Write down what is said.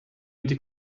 wedi